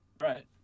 Right